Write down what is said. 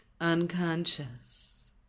unconscious